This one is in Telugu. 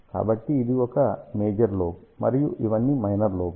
కాబట్టి ఇది ఒక మేజర్ లోబ్ మరియు ఇవన్నీ మైనర్ లోబ్లు